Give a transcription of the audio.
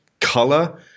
color